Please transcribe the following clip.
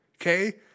okay